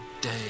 day